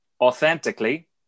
authentically